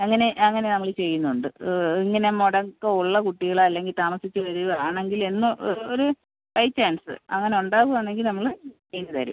അങ്ങനെ അങ്ങനെ നമ്മൾ ചെയ്യുന്നുണ്ട് ഇങ്ങനെ മുടക്കം ഉള്ള കുട്ടികൾ അല്ലെങ്കിൽ താമസിച്ച് വരുക ആണെങ്കിൽ എന്ന് ഒരു ബൈ ചാൻസ് അങ്ങനെ ഉണ്ടാവുകയാണെങ്കിൽ നമ്മൾ ചെയ്ത് തരും